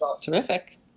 Terrific